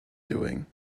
doing